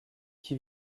qui